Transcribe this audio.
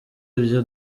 ibyo